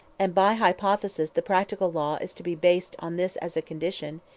and by hypothesis the practical law is to be based on this as a condition,